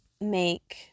make